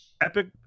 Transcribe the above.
Epic